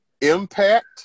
Impact